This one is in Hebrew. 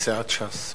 מסיעת ש"ס.